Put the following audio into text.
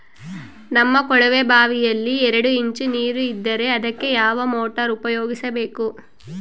ನಮ್ಮ ಕೊಳವೆಬಾವಿಯಲ್ಲಿ ಎರಡು ಇಂಚು ನೇರು ಇದ್ದರೆ ಅದಕ್ಕೆ ಯಾವ ಮೋಟಾರ್ ಉಪಯೋಗಿಸಬೇಕು?